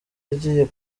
yagiye